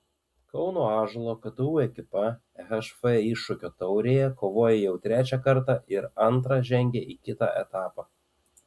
kauno ąžuolo ktu ekipa ehf iššūkio taurėje kovoja jau trečią kartą ir antrą žengė į kitą etapą